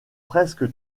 presque